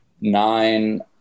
nine